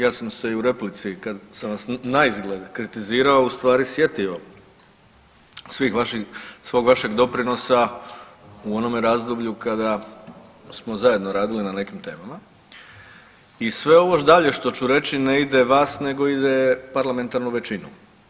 Ja sam se i u replici kad sam vas naizgled kritizirao u stvari sjetio svog vašeg doprinosa u onome razdoblju kada smo zajedno radili na nekim temama i sve ovo dalje što ću reći ne ide vas, nego ide parlamentarnu većinu.